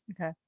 okay